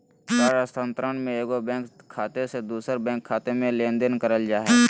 तार स्थानांतरण में एगो बैंक खाते से दूसर बैंक खाते में लेनदेन करल जा हइ